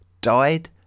died